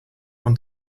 want